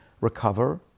recover